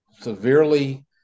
severely –